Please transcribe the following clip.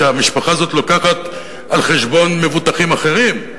שהמשפחה הזאת לוקחת על חשבון מבוטחים אחרים,